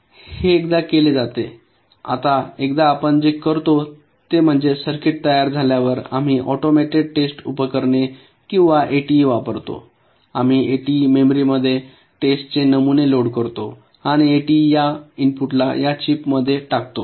हे एकदा केले जाते आता एकदा आपण जे करतो ते म्हणजे सर्किट तयार झाल्यावर आम्ही ऑटोमेटेड टेस्ट उपकरणे किंवा एटीई वापरतो आम्ही एटीई मेमरीमध्ये टेस्टचे नमुने लोड करतो आणि एटीई या इनपुटला या चिपमध्ये टाकतो